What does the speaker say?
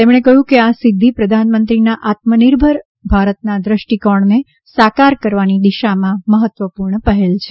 તેમણે કહ્યું કે આ સિદ્ધિ પ્રધાનમંત્રીના આત્મનિર્ભર ભારતના ક્રષ્ટિકોણને સાકાર કરવાની દિશામાં મહત્વપૂર્ણ પહેલ છે